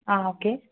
ஆ okay